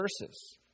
verses